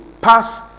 pass